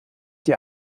die